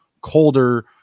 colder